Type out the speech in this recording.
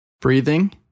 Breathing